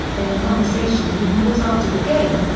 in a conversation with naulls after the game,